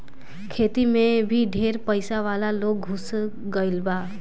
खेती मे भी ढेर पइसा वाला लोग घुस गईल बा